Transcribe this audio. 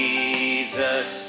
Jesus